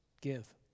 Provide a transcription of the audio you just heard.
Give